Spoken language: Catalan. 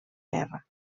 guerra